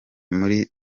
muri